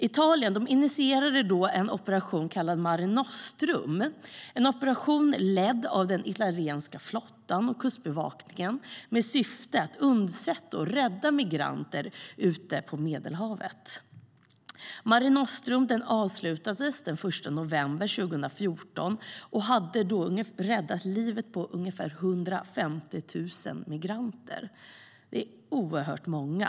Italien initierade då en operation kallad Mare Nostrum, ledd av italienska flottan och kustbevakningen, med syfte att undsätta migranter ute på Medelhavet. Mare Nostrum avslutades den 1 november 2014 och hade då räddat livet på ungefär 150 000 migranter. Det är oerhört många.